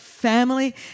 family